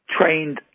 trained